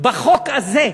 בחוק הזה,